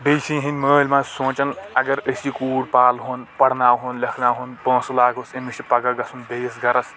بیٚیہِ چھ یِہِنٛدۍ مألۍ ماجہِ سونچان اگر أسۍ یہِ کوٗر پالہٕ ہون پرناوہون لیٚکھناوہون پأنٛسہٕ لاگہٕ ہوس أمِس چھ پگاہ گژھُن بیٚیِس گرس